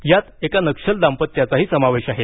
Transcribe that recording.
यात एका नक्षल दाम्पत्याचाही समावेश आहे